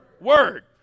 word